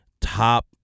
top